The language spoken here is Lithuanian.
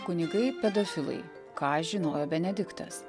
kunigai pedofilai ką žinojo benediktas